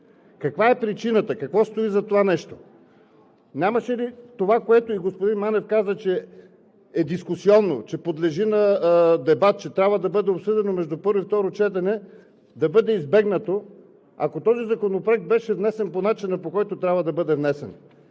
Каква е причината, какво стои зад това нещо? Нямаше ли това да бъде избегнато, което и господин Манев каза – че е дискусионно, че подлежи на дебат, че трябва да бъде обсъдено между първо и второ четене. Ако този законопроект беше внесен по начина, по който трябва да бъде внесен